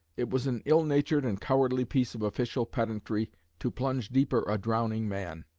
it was an ill-natured and cowardly piece of official pedantry to plunge deeper a drowning man